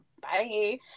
Bye